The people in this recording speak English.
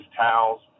towels